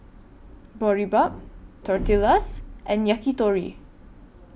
Boribap Tortillas and Yakitori